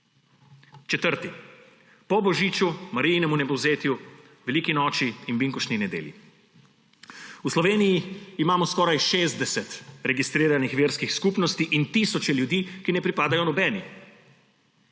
četrti, po božiču, Marijinem vnebovzetju, veliki noči in binkoštni nedelji. V Sloveniji imamo skoraj 60 registriranih verskih skupnosti in tisoče ljudi, ki ne pripadajo nobeni.